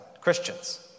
Christians